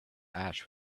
ash